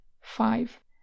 five